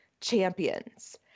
champions